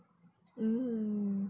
mm